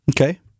Okay